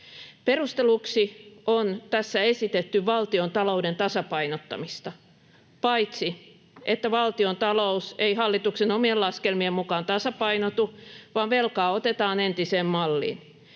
Perusteluksi on tässä esitetty valtiontalouden tasapainottamista — paitsi että valtiontalous ei hallituksen omien laskelmien mukaan tasapainotu vaan velkaa otetaan entiseen malliin.